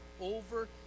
over